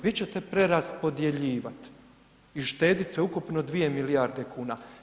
Vi ćete preraspodjeljivat i štedit sveukupno 2 milijarde kuna.